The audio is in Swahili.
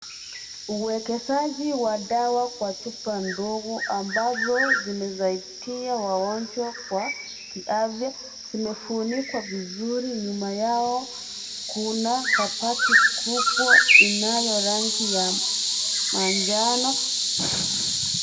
Uwekezaji wa dawa kwa chupa ndogo ambazo zimesaidia wagonjwa kwa kiafya zimefunikwa vizuri nyuma yao kuna kabati kubwa inayo rangi ya manjano.